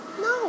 No